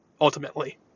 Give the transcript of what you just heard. ultimately